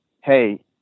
hey